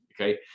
Okay